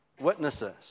witnesses